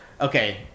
Okay